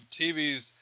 TV's